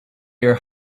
your